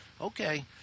Okay